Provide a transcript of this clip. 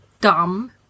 dumb